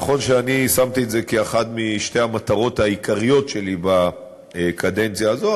נכון ששמתי את זה כאחת משתי המטרות העיקריות שלי בקדנציה הזאת,